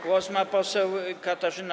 Głos ma poseł Katarzyna